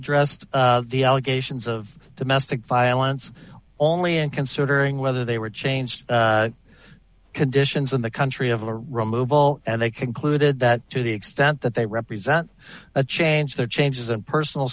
addressed the allegations of domestic violence only and considering whether they were changed conditions in the country of a removal and they concluded that to the extent that they represent a change their changes and personal